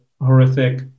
horrific